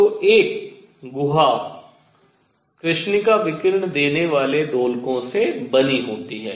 तो एक गुहा कृष्णिका विकिरण देने वाले दोलकों से बनी होती है